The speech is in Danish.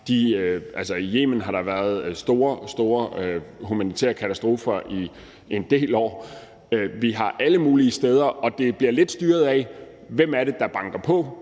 I Yemen har der været store, store humanitære katastrofer i en del år, og det sker alle mulige steder, og det bliver lidt styret af, hvem det er, der banker på,